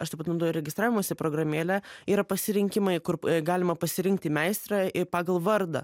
aš taip pat naudoju registravimosi programėlę yra pasirinkimai kur galima pasirinkti meistrą pagal vardą